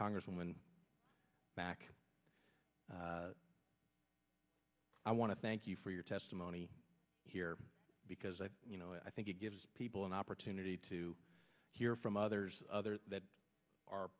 congresswoman back i want to thank you for your testimony here because i you know i think it gives people an opportunity to hear from others others that are